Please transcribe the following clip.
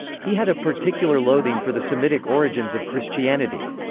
he had a particular loathing for the semitic origins of christianity.